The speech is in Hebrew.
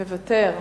מוותר,